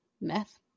Meth